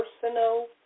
personal